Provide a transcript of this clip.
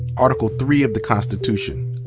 article three of the constitution.